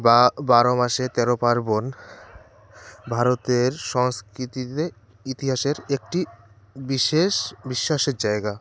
বা বারো মাসে তেরো পার্বণ ভারতের সংস্কৃতিতে ইতিহাসের একটি বিশেষ বিশ্বাসের জায়গা